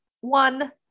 One